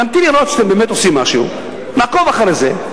נמתין לראות שאתם באמת עושים משהו, נעקוב אחרי זה.